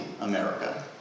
America